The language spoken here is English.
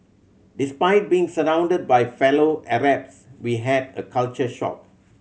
despite being surrounded by fellow Arabs we had a culture shock